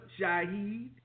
Shahid